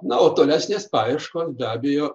na o tolesnės paieškos beabejo